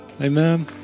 Amen